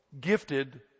gifted